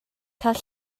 cael